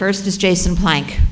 first is jason plank